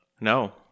No